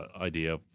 idea